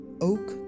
Oak